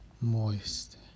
moist